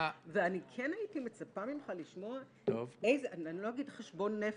אני כן הייתי מצפה ממך לשמוע אני לא אגיד: חשבון נפש.